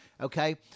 Okay